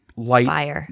light